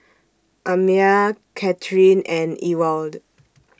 Amya Kathyrn and Ewald